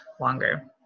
longer